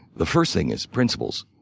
the first thing is principles.